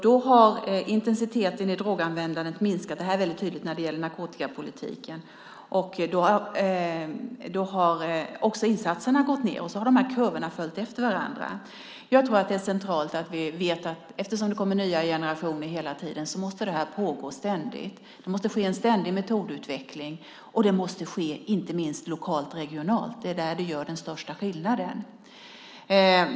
Då har intensiteten i droganvändandet minskat - det här är väldigt tydligt när det gäller narkotikapolitiken. Då har också insatserna gått ned, och så har de här kurvorna följt efter varandra. Jag tror att det är centralt att vi vet att det här ständigt måste pågå, eftersom det hela tiden kommer nya generationer. Det måste ske en ständig metodutveckling. Det måste inte minst ske lokalt och regionalt. Det är där det gör den största skillnaden.